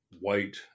white